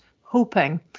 hoping